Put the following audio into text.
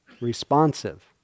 responsive